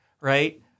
right